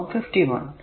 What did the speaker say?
അതോടൊപ്പം 51